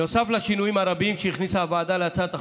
השינויים הרבים שהכניסה הוועדה להצעת החוק,